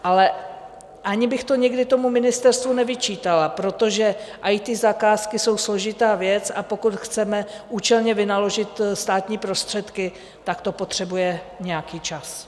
Ale ani bych to tomu ministerstvu nikdy nevyčítala, protože IT zakázky jsou složitá věc a pokud chceme účelně vynaložit státní prostředky, tak to potřebuje nějaký čas.